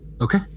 Okay